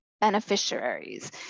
beneficiaries